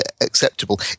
acceptable